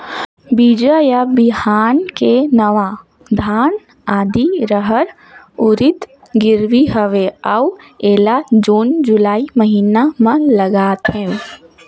बीजा या बिहान के नवा धान, आदी, रहर, उरीद गिरवी हवे अउ एला जून जुलाई महीना म लगाथेव?